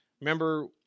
Remember